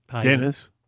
Dennis